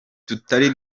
tutari